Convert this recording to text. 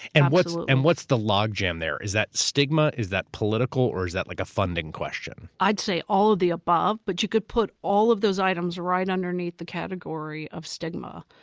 and what's and what's the logjam there? is that stigma, is that political, or is that like a funding question? i'd say all of the above, but you could put all of those items right underneath the category of stigma.